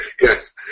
Yes